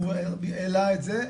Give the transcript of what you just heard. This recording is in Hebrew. הוא העלה את זה.